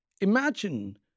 imagine